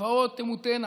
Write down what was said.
והגבעות תמוטֶנה,